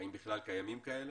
האם בכלל קיימים כאלה?